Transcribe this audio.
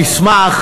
במסמך,